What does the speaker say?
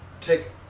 take